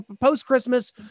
post-Christmas